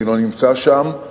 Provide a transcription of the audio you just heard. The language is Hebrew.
אני לא נמצא שם,